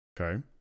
Okay